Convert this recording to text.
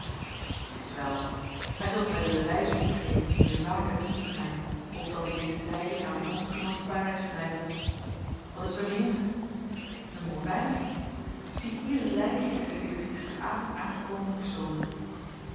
t is wel gij zult mij de bewijzen opgeven die ter zake dienstig zijn opdat ik deze tijding aan mijn ambtgenoot te parijs schrijve wat is er meer ziehier het lijstje der sedert gisteravond aangekomen personen